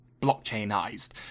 blockchainized